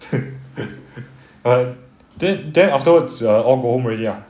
but then then afterwards err all go home already ah